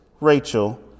Rachel